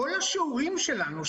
כל השיעורים שלנו,